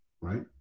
right